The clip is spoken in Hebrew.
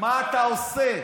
מה אתה עושה.